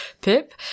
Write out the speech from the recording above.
Pip